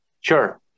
Sure